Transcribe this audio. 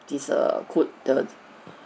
this err good the